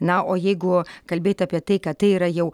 na o jeigu kalbėt apie tai kad tai yra jau